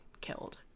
killed